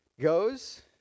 goes